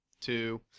two